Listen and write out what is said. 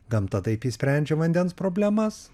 gamta taip išsprendžia vandens problemas